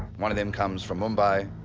one of them comes from mumbai,